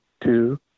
two